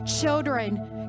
children